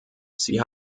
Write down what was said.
sie